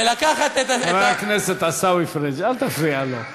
ולקחת את, חבר הכנסת עיסאווי פריג', אל תפריע לו.